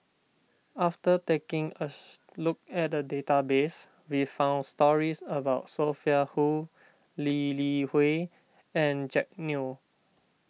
after taking a look at the database we found stories about Sophia Hull Lee Li Hui and Jack Neo